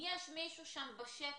האם יש מישהו בשטח?